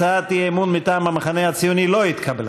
הצעת האי-אמון מטעם המחנה הציוני לא התקבלה.